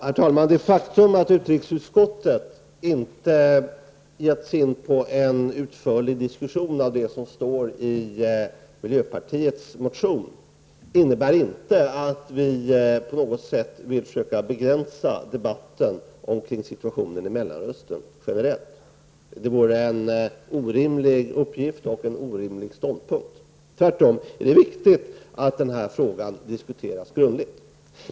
Herr talman! Det faktum att utrikesutskottet inte utförligt har diskuterat det som står i miljöpartiets motion innebär inte att vi generellt sett vill försöka begränsa debatten kring situationen i Mellanöstern. Det vore en orimlig uppgift och en orimlig ståndpunkt. Tvärtom är det viktigt att den här frågan diskuteras grundligt.